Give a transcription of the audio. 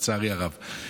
לצערי הרב.